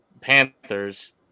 Panthers